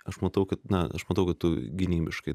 aš matau kad na aš matau kad tu gynybiškai